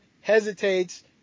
hesitates